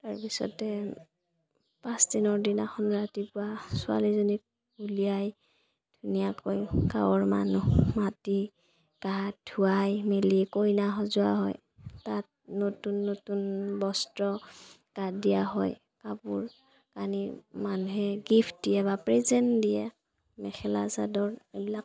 তাৰপিছতে পাঁচদিনৰ দিনাখন ৰাতিপুৱা ছোৱালীজনীক উলিয়াই ধুনীয়াকৈ গাঁৱৰ মানুহ মাতি গা ধুৱাই মেলি কইনা সজোৱা হয় তাত নতুন নতুন বস্ত্ৰ গাত দিয়া হয় কাপোৰ কানি মানুহে গিফ্ট দিয়ে বা প্ৰেজেণ্ট দিয়ে মেখেলা চাদৰ এইবিলাক